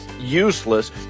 useless